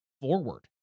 forward